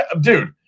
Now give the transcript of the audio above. dude